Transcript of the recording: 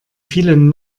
vielen